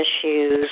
issues